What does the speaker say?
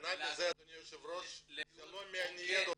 --- אדוני היושב ראש, זה לא מעניין אותנו.